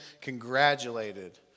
congratulated